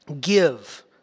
give